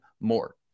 more